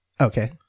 Okay